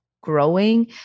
growing